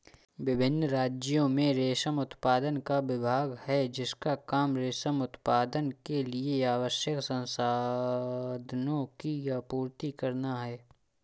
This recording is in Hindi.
विभिन्न राज्यों में रेशम उत्पादन का विभाग है जिसका काम रेशम उत्पादन के लिए आवश्यक संसाधनों की आपूर्ति करना है